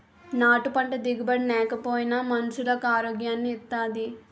నాటు పంట దిగుబడి నేకపోయినా మనుసులకు ఆరోగ్యాన్ని ఇత్తాది